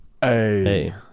Hey